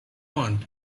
want